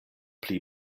pli